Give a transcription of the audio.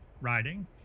riding